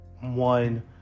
one